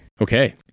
Okay